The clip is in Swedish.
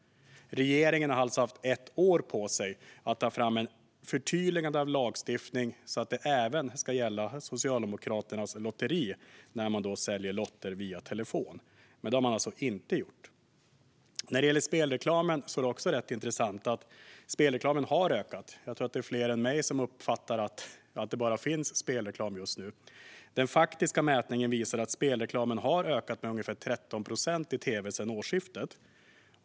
Regeringen har alltså haft ett år på sig att ta fram ett förtydligande av lagstiftningen, så att den även ska gälla Socialdemokraternas lotteri när de säljer lotter via telefon. Men det har man alltså inte gjort. När det gäller spelreklamen är det också rätt intressant att den har ökat. Jag tror att det är fler än jag som uppfattar att det bara finns spelreklam just nu. Den faktiska mätningen visar att spelreklamen i tv har ökat med ungefär 13 procent sedan årsskiftet.